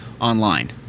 online